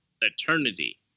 Eternity